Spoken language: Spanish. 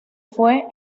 fue